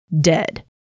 dead